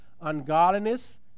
ungodliness